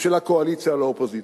של הקואליציה על האופוזיציה.